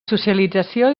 socialització